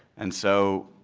and so,